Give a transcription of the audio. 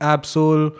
Absol